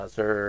Sir